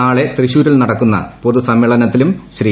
നാളെ തൃശൂരിൽ നടക്കുന്ന പൊതു സമ്മേളനത്തിലും ശ്രീ